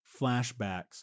flashbacks